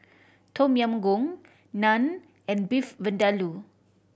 Tom Yam Goong Naan and Beef Vindaloo